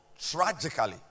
tragically